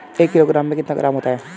एक किलोग्राम में कितने ग्राम होते हैं?